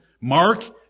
Mark